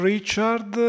Richard